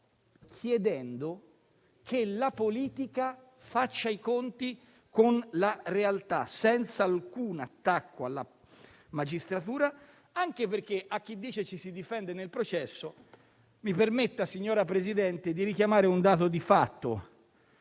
chiedendo che la politica faccia i conti con la realtà, senza alcun attacco alla magistratura, anche perché, a chi dice che ci si difende nel processo, mi permetta, signor Presidente, di richiamare un dato di fatto.